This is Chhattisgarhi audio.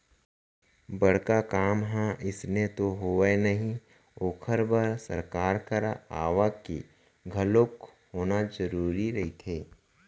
बड़का काम ह अइसने तो होवय नही ओखर बर सरकार करा आवक के घलोक होना जरुरी रहिथे